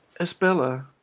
Esbella